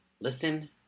listen